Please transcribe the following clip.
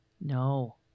No